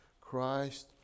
Christ